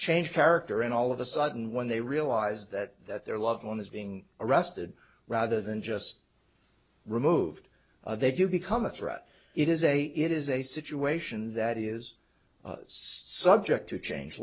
change character and all of a sudden when they realize that their loved one is being arrested rather than just removed they do become a threat it is a it is a situation that is subject to change